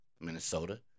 Minnesota